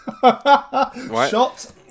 Shot